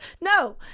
no